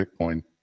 Bitcoin